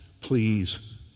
please